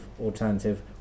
alternative